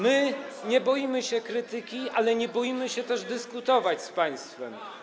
My nie boimy się krytyki, nie boimy się też dyskutować z państwem.